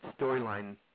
storyline